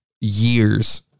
years